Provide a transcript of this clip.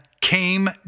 came